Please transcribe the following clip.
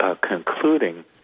concluding